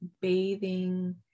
bathing